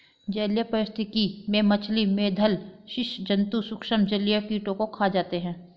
जलीय पारिस्थितिकी में मछली, मेधल स्सि जन्तु सूक्ष्म जलीय कीटों को खा जाते हैं